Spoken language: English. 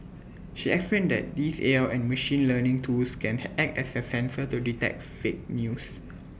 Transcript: she explained that these A I and machine learning tools can hi act as A sensor to detect fake news